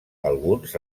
alguns